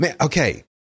Okay